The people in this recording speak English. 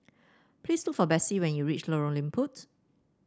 please look for Bessie when you reach Lorong Liput